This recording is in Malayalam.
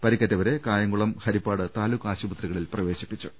പരിക്കേറ്റവരെ കായംകുളം ഹരിപ്പാട് താലൂക്ക് ആശുപത്രികളിൽ പ്രവേശിപ്പിച്ചു